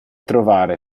trovare